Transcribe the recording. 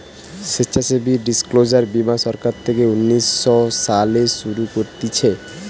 স্বেচ্ছাসেবী ডিসক্লোজার বীমা সরকার থেকে উনিশ শো সালে শুরু করতিছে